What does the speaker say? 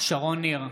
שרון ניר,